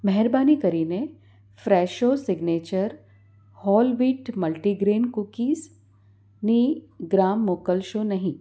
મહેરબાની કરીને Fresho signature whole wheat multigrain કૂકીસની ગ્રામ મોકલશો નહીં